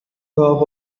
گاه